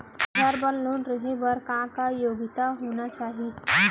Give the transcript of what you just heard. घर बर लोन लेहे बर का का योग्यता होना चाही?